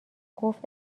گفت